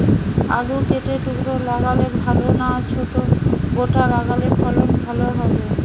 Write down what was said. আলু কেটে টুকরো লাগালে ভাল না ছোট গোটা লাগালে ফলন ভালো হবে?